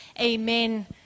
Amen